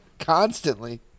Constantly